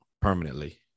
permanently